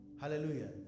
Hallelujah